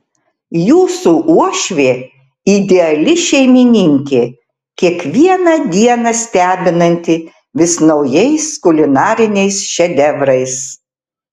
jūsų uošvė ideali šeimininkė kiekvieną dieną stebinanti vis naujais kulinariniais šedevrais